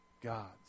God's